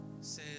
says